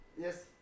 yes